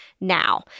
now